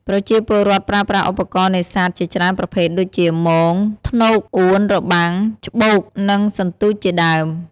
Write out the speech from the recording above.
ប្រជាពលរដ្ឋប្រើប្រាស់ឧបករណ៍នេសាទជាច្រើនប្រភេទដូចជា មង ធ្នូក អួន របាំង ច្បូក និងសន្ទូចជាដើម។